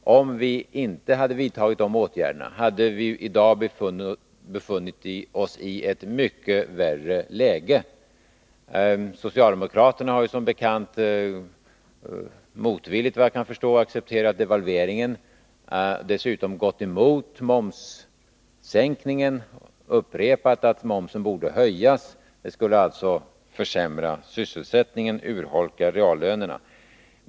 Om vi inte hade vidtagit de åtgärderna, hade vi i dag befunnit oss i ett mycket värre läge. Socialdemokraterna har ju som bekant — motvilligt, efter vad jag kan förstå — accepterat devalveringen men gått emot momssänkningen och upprepat att momsen borde höjas. Det skulle alltså försämra sysselsättningen och urholka reallönerna.